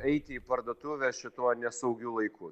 eiti į parduotuvę šituo nesaugiu laiku